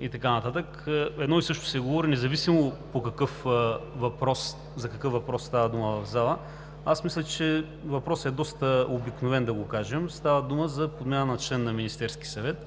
и така нататък. Едно и също се говори, независимо за какъв въпрос става дума в залата. Аз мисля, че въпросът е доста обикновен, да го кажем. Става дума за подмяна на член на Министерския съвет